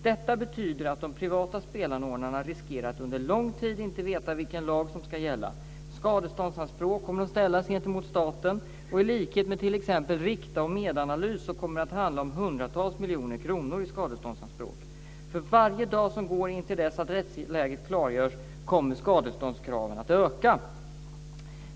Detta betyder att de privata spelanordnarna riskerar att under lång tid inte veta vilken lag som ska gälla. Skadeståndsanspråk kommer att ställas gentemot staten och i likhet med t.ex. Rikta och Medanalys kommer det att handla om hundratals miljoner kronor. För varje dag som går intill dess att rättsläget klargörs kommer skadeståndskraven att öka.